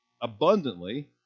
abundantly